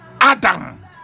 adam